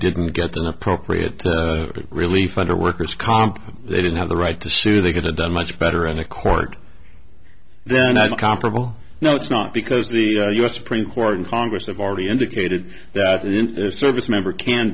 didn't get the appropriate relief under worker's comp they didn't have the right to sue they could have done much better in a court then i comparable no it's not because the us supreme court and congress have already indicated that it in service member can